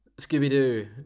Scooby-Doo